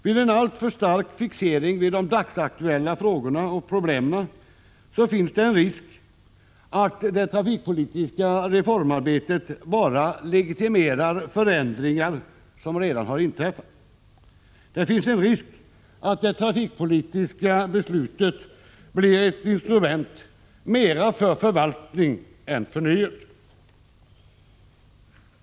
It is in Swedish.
Med en alltför stark fixering vid de dagsaktuella frågorna och problemen finns en risk för att det trafikpolitiska reformarbetet bara legitimerar förändringar som redan har inträffat. Det finns en risk att det trafikpolitiska beslutet blir ett instrument mera för förvaltning än förnyelse.